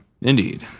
Indeed